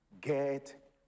get